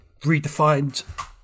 redefined